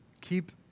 keep